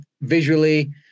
Visually